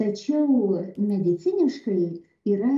tačiau mediciniškai yra